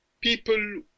People